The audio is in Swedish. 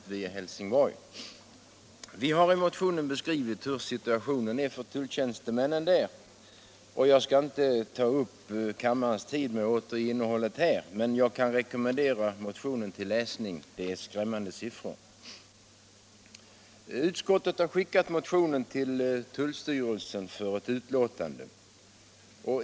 Vi har i motionen beskrivit situationen för tulltjänstemännen i Helsingborg. Jag skall inte ta upp kammarens tid med att återge innehållet, men jag kan rekommendera motionen till läsning. Det är skrämmande siffror! Utskottet har skickat motionen till tullstyrelsen för utlåtande.